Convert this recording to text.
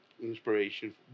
inspiration